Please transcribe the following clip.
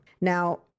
now